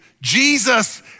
Jesus